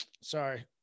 sorry